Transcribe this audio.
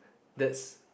that's